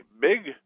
big